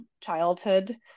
childhood